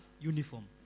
uniform